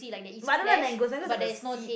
but I don't like mangoes mangoes have the seed